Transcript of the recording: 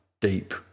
deep